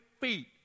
feet